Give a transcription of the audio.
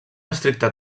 estricte